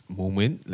moment